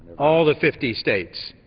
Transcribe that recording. all the fifty states.